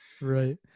Right